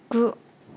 गु